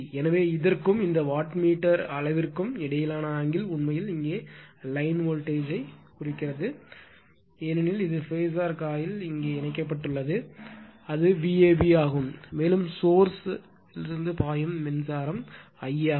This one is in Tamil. எனவே இதற்கும் இந்த வாட் மீட்டர் அளவிற்கும் இடையேயான ஆங்கிள் உண்மையில் இங்கே லைன் வோல்டேஜ் யைப் பார்க்கிறோம் ஏனெனில் இது ஃபாசர் காயில் இங்கே இணைக்கப்பட்டுள்ளது அது Vab ஆகும் மேலும் சோர்ஸ்ல் பாயும் மின்சாரம் Ia ஆகும்